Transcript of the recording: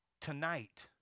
Tonight